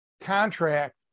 contract